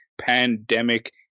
pandemic